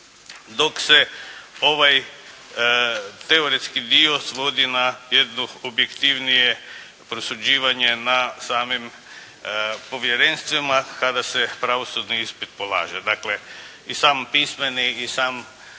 dok se ovaj teoretski dio svodi na jedno objektivnije prosuđivanje na samim povjerenstvima kada se pravosudni ispit polaže. Dakle, i sam pismeni i sam